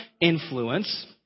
influence